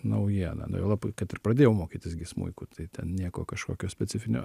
naujiena na juolab kad ir pradėjau mokytis gi smuiku tai ten nieko kažkokio specifinio